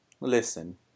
Listen